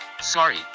sorry